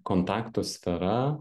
kontaktų sfera